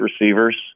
receivers